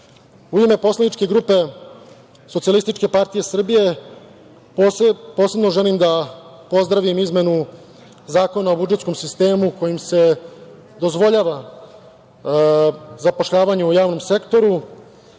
ime poslaničke grupe SPS posebno želim da pozdravim izmenu Zakona o budžetskom sistemu kojim se dozvoljava zapošljavanje u javnom sektoru,